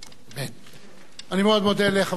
אני מאוד מודה לחברת הכנסת שלי יחימוביץ,